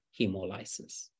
hemolysis